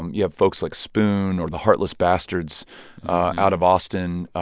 um you have folks like spoon or the heartless bastards out of austin.